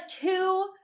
two